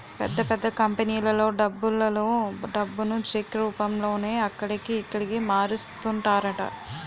పెద్ద పెద్ద కంపెనీలలో డబ్బులలో డబ్బును చెక్ రూపంలోనే అక్కడికి, ఇక్కడికి మారుస్తుంటారట